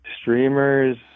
streamers